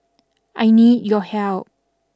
I need your help